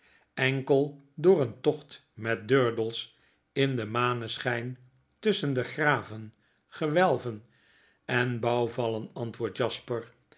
enkel door een tocht met durdels in den maneschyn tusschen de graven gewelven en bouwvallen antwoordt jasper